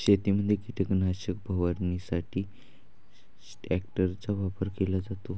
शेतीमध्ये कीटकनाशक फवारणीसाठी ट्रॅक्टरचा वापर केला जातो